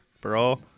bro